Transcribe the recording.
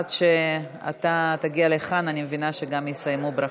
עד שאתה תגיע לכאן אני מבינה שגם יסיימו את הברכות.